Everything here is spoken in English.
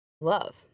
love